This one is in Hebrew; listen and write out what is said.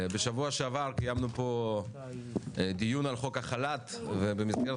בשבוע שעבר קיימנו פה דיון על חוק החל"ת ובמסגרת